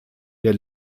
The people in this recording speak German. der